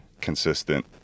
consistent